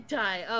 die